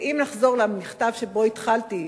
ואם נחזור למכתב שבו התחלתי,